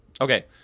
Okay